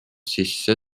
sisse